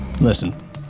Listen